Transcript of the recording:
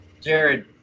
Jared